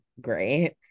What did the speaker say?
great